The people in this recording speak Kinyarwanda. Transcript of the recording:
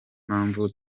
mpamvu